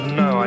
no